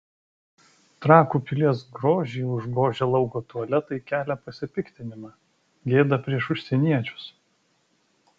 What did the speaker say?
trakų pilies grožį užgožę lauko tualetai kelia pasipiktinimą gėda prieš užsieniečius